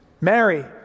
Mary